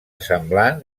semblant